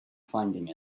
finding